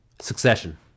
Succession